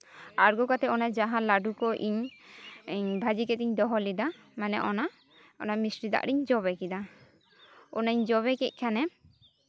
ᱟᱬᱜᱚ ᱠᱟᱛᱮᱜ ᱡᱟᱦᱟᱸ ᱞᱟᱹᱰᱩ ᱠᱚ ᱤᱧ ᱵᱷᱟᱹᱡᱤ ᱠᱟᱛᱮᱧ ᱫᱚᱦᱚ ᱞᱮᱫᱟ ᱢᱟᱱᱮ ᱚᱱᱟ ᱢᱤᱥᱴᱤ ᱫᱟᱜ ᱨᱤᱧ ᱡᱚᱵᱮ ᱠᱮᱫᱟ ᱚᱱᱟᱧ ᱡᱚᱵᱮ ᱠᱮᱫ ᱠᱷᱟᱱᱮ